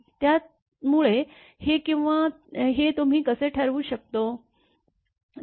त्यामुळे हे किंवा हे तुम्ही कसे ठरवू शकतो